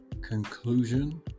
conclusion